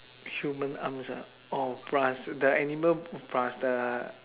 human arms ah oh plus the animal plus the